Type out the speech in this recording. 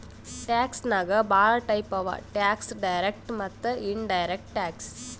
tax ನಾಗ್ ಭಾಳ type ಅವಾ ಟ್ಯಾಕ್ಸ್ ಡೈರೆಕ್ಟ್ ಮತ್ತ ಇನಡೈರೆಕ್ಟ್ ಟ್ಯಾಕ್ಸ್